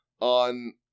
on